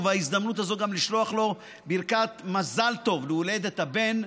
ובהזדמנות הזאת גם לשלוח לו ברכת מזל טוב להולדת הבן.